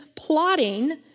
plotting